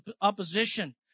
opposition